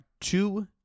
two